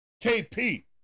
KP